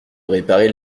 réparer